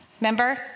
Remember